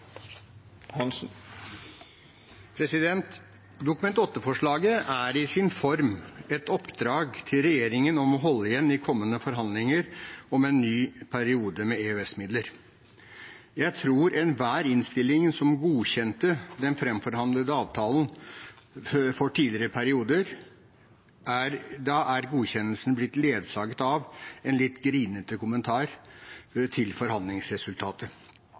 Dokument 8-forslaget er i sin form et oppdrag til regjeringen om å holde igjen i kommende forhandlinger om en ny periode med EØS-midler. Jeg tror at i enhver innstilling som har godkjent den framforhandlede avtalen for tidligere perioder, er godkjennelsen blitt ledsaget av en litt grinete kommentar til forhandlingsresultatet.